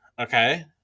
okay